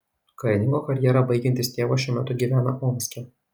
karininko karjerą baigiantis tėvas šiuo metu gyvena omske